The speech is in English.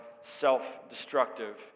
self-destructive